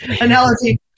analogy